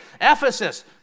Ephesus